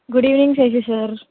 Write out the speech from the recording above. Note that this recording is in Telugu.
good evening Seshu sir